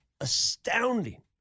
astounding